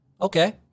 Okay